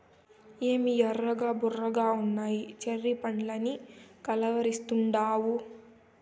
ఏమి ఎర్రగా బుర్రగున్నయ్యి చెర్రీ పండ్లని కలవరిస్తాండావు